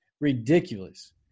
ridiculous